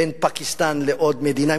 בין פקיסטן לעוד מדינה.